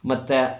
ಮತ್ತು